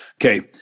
Okay